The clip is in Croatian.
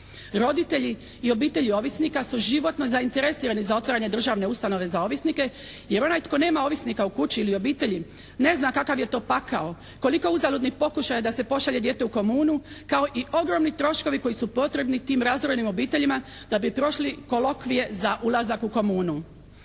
Roditelji i obitelji ovisnika su životno zainteresirani za otvaranje državne ustanove za ovisnike, jer onaj koji nema ovisnika u kući ili obitelji ne zna kakav je to pakao, koliko uzaludnih pokušaja da se pošalje dijete u komunu, kao i ogromni troškovi koji su potrebni tim razorenim obiteljima da bi prošli kolokvije za ulazak u komunu.